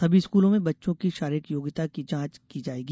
सभी स्कूलों में बच्चों की शारीरिक योग्यता की जांच की जायेगी